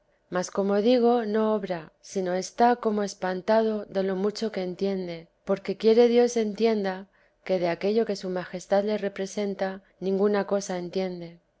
mas como digo no obra si está como espantado de lo mucho que entiende porque quiere dios entienda que de aquello que su majestad le representa ninguna cosa entiende